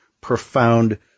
profound